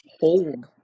hold